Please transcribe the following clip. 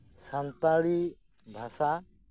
ᱥᱟᱱᱛᱟᱲᱤ ᱵᱷᱟᱥᱟ